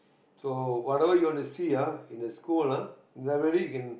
so whatever you want to see ah in the school lah library you can